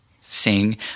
sing